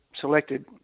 selected